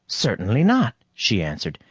certainly not, she answered.